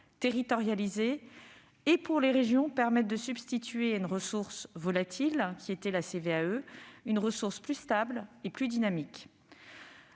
territorialisées ; pour les régions, elles permettent de substituer à une ressource volatile, la CVAE, une ressource plus stable et plus dynamique.